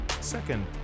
second